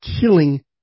killing